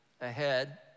ahead